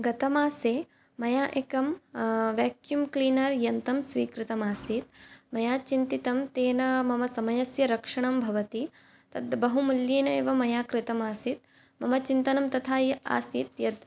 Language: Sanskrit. गतमासे मया एकं वेक्यूम् क्लीनर् यन्त्रं स्वीकृतमासीत् मया चिन्तितं तेन मम समयस्य रक्षणं भवति तत्बहुमूल्येन एव मया क्रीतमासीत् मम चिन्तनं तथा ये आसीत् यत्